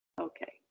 Okay